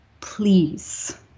Please